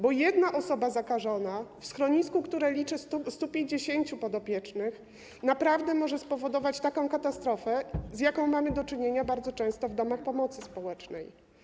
Bo jedna osoba zakażona w schronisku, które liczy 150 podopiecznych, naprawdę może spowodować taką katastrofę, z jaką mamy do czynienia bardzo często w domach pomocy społecznej.